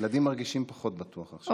הילדים מרגישים פחות בטוח עכשיו,